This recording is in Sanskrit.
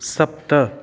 सप्त